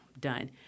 done